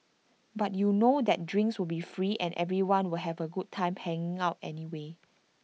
because you know that drinks will be free and everyone will have A good time hanging out anyway